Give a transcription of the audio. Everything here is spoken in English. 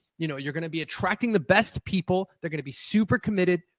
you know, you're going to be attracting the best people. they're going to be super committed.